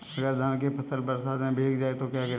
अगर धान की फसल बरसात में भीग जाए तो क्या करें?